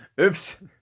oops